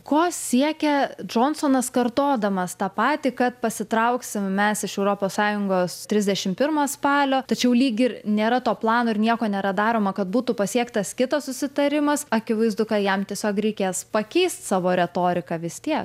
ko siekia džonsonas kartodamas tą patį kad pasitrauksim mes iš europos sąjungos trisdešim pirmą spalio tačiau lyg ir nėra to plano ir nieko nėra daroma kad būtų pasiektas kitas susitarimas akivaizdu kad jam tiesiog reikės pakeist savo retoriką vis tiek